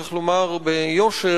צריך לומר ביושר,